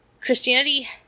Christianity